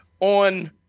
on